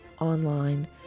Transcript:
online